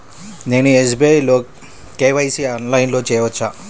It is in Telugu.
నేను ఎస్.బీ.ఐ లో కే.వై.సి ఆన్లైన్లో చేయవచ్చా?